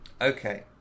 Okay